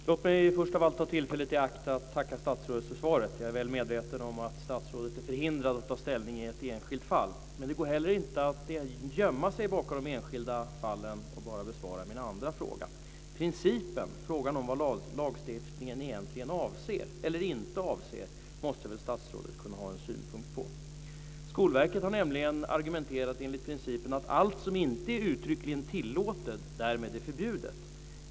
Fru talman! Låt mig först av allt ta tillfället i akt att tacka statsrådet för svaret. Jag är väl medveten om att statsrådet är förhindrat att ta ställning i ett enskilt fall. Men det går inte att gömma sig bakom de enskilda fallen och bara besvara min andra fråga. Principen, frågan om vad lagstiftningen egentligen avser eller inte avser, måste väl statsrådet kunna ha en synpunkt på. Skolverket har nämligen argumenterat enligt principen att allt som inte uttryckligen är tillåtet därmed är förbjudet.